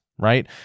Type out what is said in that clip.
right